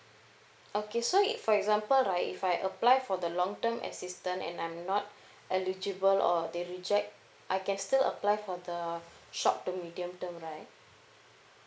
okay so it for example right if I apply for the long term assistance and I'm not eligible or they reject I can still apply for the short to medium term right